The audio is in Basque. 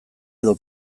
edo